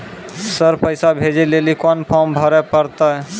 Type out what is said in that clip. Sir पैसा भेजै लेली कोन फॉर्म भरे परतै?